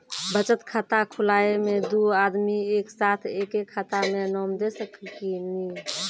बचत खाता खुलाए मे दू आदमी एक साथ एके खाता मे नाम दे सकी नी?